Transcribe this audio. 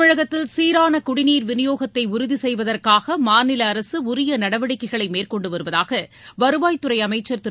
தமிழகத்தில் சீரான குடிநீர் விநியோகத்தை உறுதி செய்வதற்காக மாநில அரசு உரிய நடவடிக்கைகளை மேற்கொண்டு வருவதாக வருவாய்த்துறை அமைச்சர் திரு